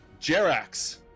Jerax